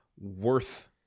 worth